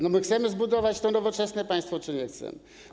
No my chcemy zbudować to nowoczesne państwo czy nie chcemy?